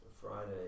Friday